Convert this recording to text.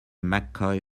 mccoy